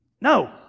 No